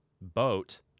boat